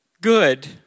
Good